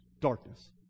Darkness